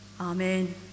Amen